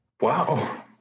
Wow